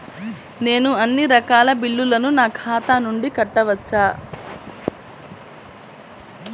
నేను అన్నీ రకాల బిల్లులను నా ఖాతా నుండి కట్టవచ్చా?